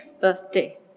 birthday